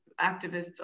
activists